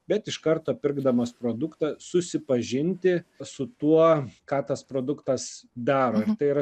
bet iš karto pirkdamas produktą susipažinti su tuo ką tas produktas daro tai yra